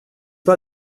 pas